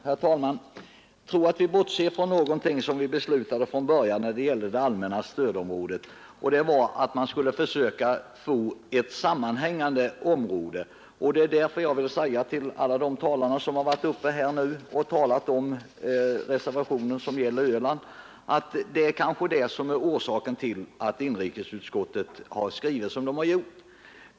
Herr talman! Jag tror att vi bortser från någonting som vi beslutade från början när det gällde det allmänna stödområdet, nämligen att man skulle försöka få ett sammanhängande område. Det är kanske det som är orsaken till att inrikesutskottet skrivit på det sätt som utskottet gjort i betänkandet.